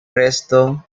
resto